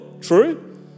true